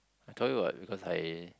I told you what because I